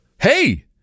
hey